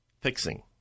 fixing